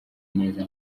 neza